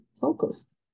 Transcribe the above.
focused